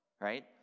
right